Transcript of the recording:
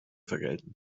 vergelten